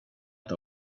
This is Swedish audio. att